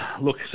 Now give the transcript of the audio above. Look